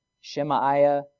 Shemaiah